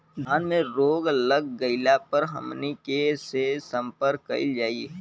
धान में रोग लग गईला पर हमनी के से संपर्क कईल जाई?